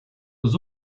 was